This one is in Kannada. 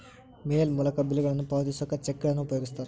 ಮೇಲ್ ಮೂಲಕ ಬಿಲ್ಗಳನ್ನ ಪಾವತಿಸೋಕ ಚೆಕ್ಗಳನ್ನ ಉಪಯೋಗಿಸ್ತಾರ